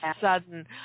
sudden